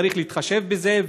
צריך להתחשב בזה,